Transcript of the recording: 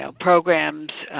so programs,